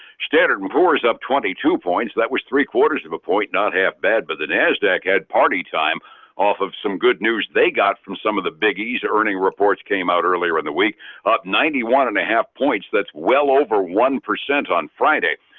standard and poors up twenty two points, that was three-quarters of a point, not half bad but the nasdaq had party time off of some good news they got from some of the biggies. earning reports came out earlier in the week up ninety one and a half points that's well over one percent on friday.